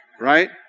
Right